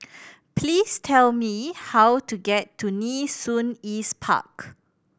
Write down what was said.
please tell me how to get to Nee Soon East Park